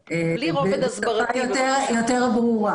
בשפה יותר ברורה.